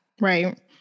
Right